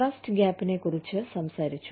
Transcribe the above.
trust ഗാപ്നെക്കുറിച്ച് കുറച്ച് സംസാരിച്ചു